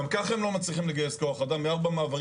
גם ככה הם לא מצליחים לגייס כוח אדם גם במעברים,